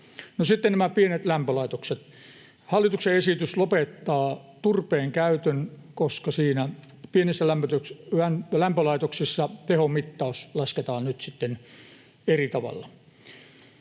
sitten nämä pienet lämpölaitokset: Hallituksen esitys lopettaa turpeen käytön, koska pienessä lämpölaitoksessa tehon mittaus lasketaan nyt sitten eri tavalla.